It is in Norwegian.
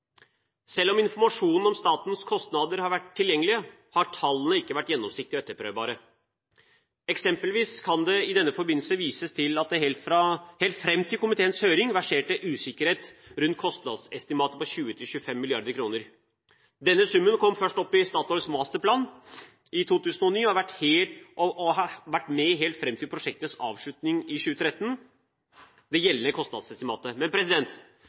Selv om informasjonen om statens kostnader har vært tilgjengelig, har tallene ikke vært gjennomsiktige og etterprøvbare. Eksempelvis kan det i denne forbindelse vises til at det helt fram til komiteens høring verserte usikkerhet rundt kostnadsestimatet på 20–25 mrd. kr. Denne summen kom først opp i Statoils masterplan i 2009 og har helt fram til prosjektets avslutning i 2013 vært det gjeldende kostnadsestimatet. Men